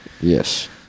Yes